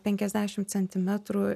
penkiasdešim centimetrų